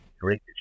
great